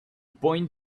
point